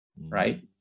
right